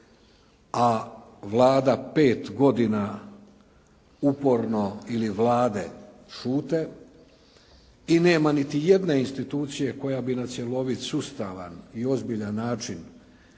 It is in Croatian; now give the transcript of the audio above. a Vlada pet godina uporno ili vlade šute i nema niti jedne institucije koja bi na cjelovit, sustavan i ozbiljan način